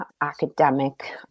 academic